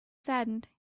saddened